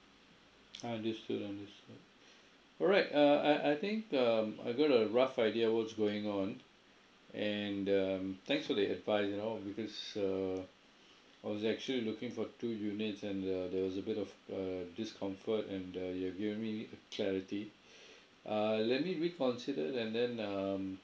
understood understood alright uh I I think um I got a rough idea what's going on and um thanks for the advice you know because uh I was actually looking for two units and uh there was a bit of uh discomfort and uh you have given me clarity uh let me reconsider and then um